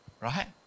Right